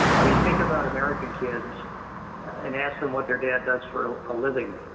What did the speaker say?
i mean, think about american kids and ask them what their dad does for a living,